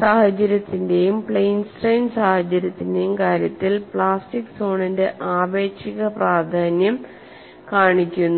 സഹചര്യത്തിന്റെയും plane strain സഹചര്യത്തിന്റെയും കാര്യത്തിൽ plastic സോണിന്റെ ആപേക്ഷിക പ്രാധാന്യം കാണിക്കുന്നു